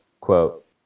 quote